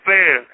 Fair